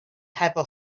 hefo